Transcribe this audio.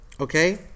Okay